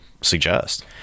suggest